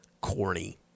corny